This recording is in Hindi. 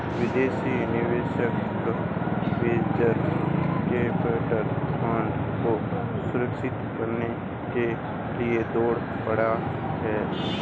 विदेशी निवेशक वेंचर कैपिटल फंड को सुरक्षित करने के लिए दौड़ पड़े हैं